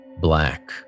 black